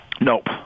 Nope